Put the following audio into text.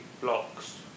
blocks